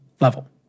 level